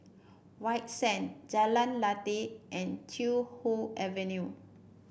White Sands Jalan Lateh and Chee Hoon Avenue